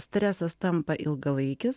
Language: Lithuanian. stresas tampa ilgalaikis